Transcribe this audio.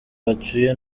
batuye